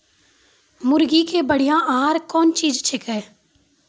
मुर्गी के बढ़िया आहार कौन चीज छै के?